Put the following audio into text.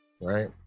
right